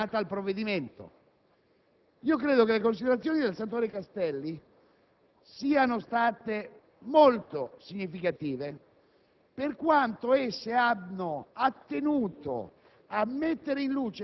Laseconda considerazione è caratterialmente più legata al provvedimento. Credo che le argomentazioni del senatore Castelli siano state molto significative,